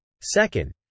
Second